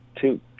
two